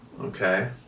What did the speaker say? okay